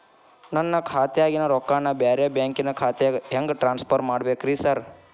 ನನ್ನ ಖಾತ್ಯಾಗಿನ ರೊಕ್ಕಾನ ಬ್ಯಾರೆ ಬ್ಯಾಂಕಿನ ಖಾತೆಗೆ ಹೆಂಗ್ ಟ್ರಾನ್ಸ್ ಪರ್ ಮಾಡ್ಬೇಕ್ರಿ ಸಾರ್?